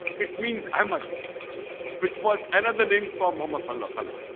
it means um a which was another name for mama sol la sala.